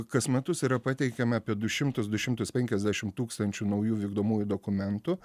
kas metus yra pateikiama apie du šimtus du šimtus penkiasdešimt tūkstančių naujų vykdomųjų dokumentų